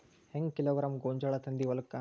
ಹೆಂಗ್ ಕಿಲೋಗ್ರಾಂ ಗೋಂಜಾಳ ತಂದಿ ಹೊಲಕ್ಕ?